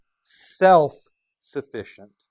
self-sufficient